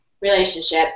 relationship